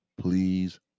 Please